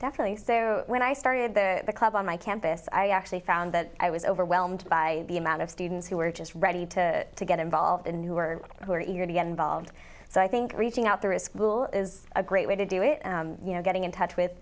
definitely so when i started the club on my campus i actually found that i was overwhelmed by the amount of students who were just ready to to get involved in who are who are eager to get involved so i think reaching out there is school is a great way to do it you know getting in touch with